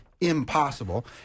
impossible